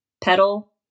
pedal